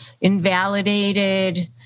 invalidated